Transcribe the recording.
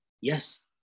yes